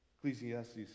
Ecclesiastes